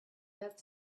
that